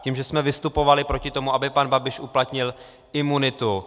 Tím, že jsme vystupovali proti tomu, aby pan Babiš uplatnil imunitu.